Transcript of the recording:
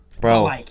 bro